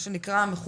מה שנקרא "מכובדים",